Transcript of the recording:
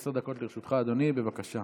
עשר דקות לרשותך, אדוני, בבקשה.